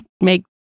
make